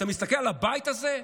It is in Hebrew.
אתה מסתכל על הבית הזה,